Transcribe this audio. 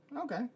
Okay